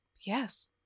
Yes